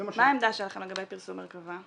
זה מה ש --- מה העמדה שלכם לגבי פרסום מרכב"ה,